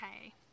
okay